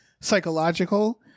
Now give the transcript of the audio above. psychological